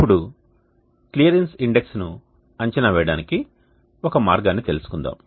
ఇప్పుడు క్లియరెన్స్ ఇండెక్స్ను అంచనా వేయడానికి ఒక మార్గాన్ని తెలుసుకుందాం